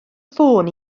ffôn